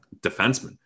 defenseman